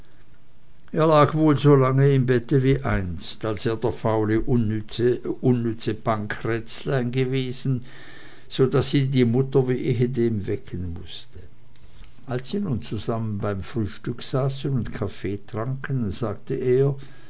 lag wohl so lange im bette wie einst als er der faule und unnütze pankräzlein gewesen so daß ihn die mutter wie ehedem wecken mußte als sie nun zusammen beim frühstück saßen und kaffee tranken sagte er